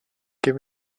give